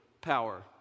power